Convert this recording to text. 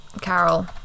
Carol